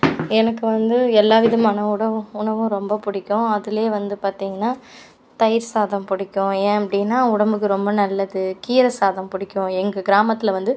எனக்கு வந்து எல்லா விதமான உணவு உணவும் ரொம்ப பிடிக்கும் அதில் வந்து பார்த்தீங்கன்னா தயிர் சாதம் பிடிக்கும் ஏன் அப்படின்னா உடம்புக்கு ரொம்ப நல்லது கீரை சாதம் பிடிக்கும் எங்க கிராமத்தில் வந்து